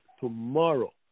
tomorrow